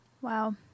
wow